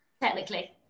Technically